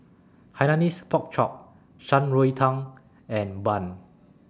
Hainanese Pork Chop Shan Rui Tang and Bun